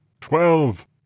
twelve